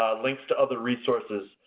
links to other resources.